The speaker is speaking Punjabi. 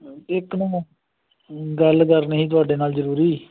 ਇੱਕ ਮੈਂ ਗੱਲ ਕਰਨੀ ਤੁਹਾਡੇ ਨਾਲ ਜ਼ਰੂਰੀ